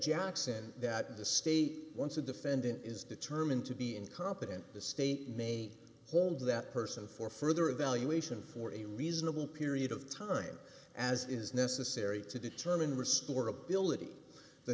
jackson that in the state once a defendant is determined to be incompetent the state may hold that person for further evaluation for a reasonable period of time as is necessary to determine restore